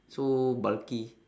so bulky